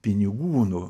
pinigų nu